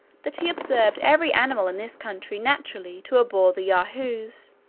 that he observed every animal in this country naturally to abhor the yahoos,